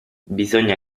bisogna